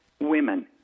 women